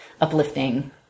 uplifting